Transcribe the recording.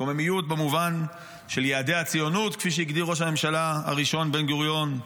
קוממיות במובן של יעדי הציונות כפי שהגדיר ראש הממשלה הראשון בן-גוריון,